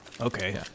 Okay